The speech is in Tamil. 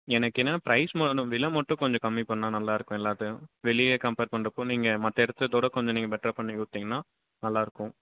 எனக்கு என்ன ப்ரைஸ் ம ந விலை மட்டும் கொஞ்சும் கம்மி பண்ணிணா நல்லாயிருக்கும் எல்லாத்தையும் வெளியே கம்பேர் பண்ணுறப்போ நீங்கள் மற்ற இடத்துலத்தோட கொஞ்சம் நீங்கள் பெட்ராக பண்ணிக் கொடுத்தீங்கன்னா நல்லாயிருக்கும்